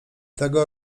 tego